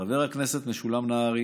חבר הכנסת משולם נהרי